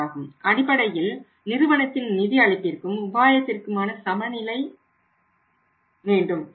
கடன் அளிப்பது அடிப்படையில் நிறுவனத்தின் நிதி அளிப்பிற்கும் உபாயத்திற்குமான சமநிலை ஆகும்